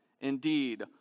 Indeed